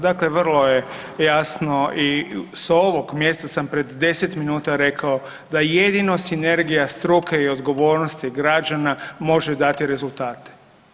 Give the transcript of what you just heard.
Dakle, vrlo je jasno i s ovog mjesta sam pred 10 minuta rekao da jedino sinergija struke i odgovornosti građana može dati rezultate.